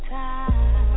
time